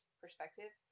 perspective